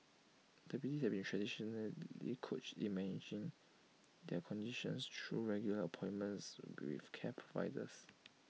diabetics have been traditionally coach in managing their conditions through regular appointments with care providers